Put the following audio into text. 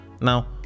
now